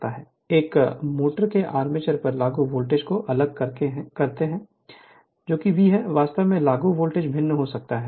एक मोटर के आर्मेचर पर लागू वोल्टेज को अलग करके है जो V है वास्तव में लागू वोल्टेज भिन्न हो सकते हैं